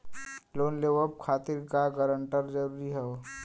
Loan लेवब खातिर guarantor जरूरी हाउ का?